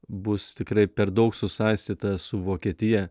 bus tikrai per daug susaistyta su vokietija